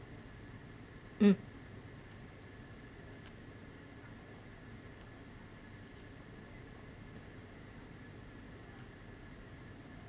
mm